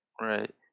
Right